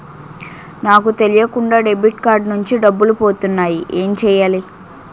నాకు తెలియకుండా debit card నుంచి డబ్బులు పోతున్నాయి ఎం చెయ్యాలి?